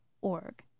org